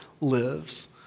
lives